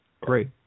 great